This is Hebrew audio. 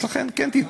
אם אתה מאמין,